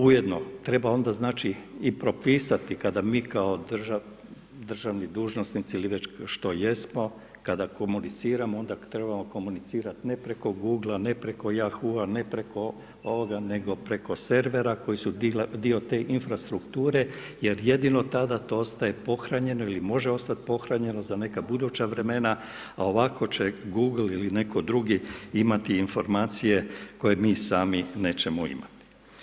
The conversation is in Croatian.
Ujedno treba onda i propisati kada mi kao državni dužnosnici ili već što jesmo, kada komuniciramo onda trebamo komunicirati ne preko Google-a, ne preko Yahoo-a, ne preko ovoga, nego preko servera koji dio te infrastrukture jer jedino tada to ostaje pohranjeno ili može ostati pohranjeno za neka buduća vremena a ovako će Google ili netko drugi imati informacije koje mi sami nećemo imati.